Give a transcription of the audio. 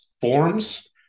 forms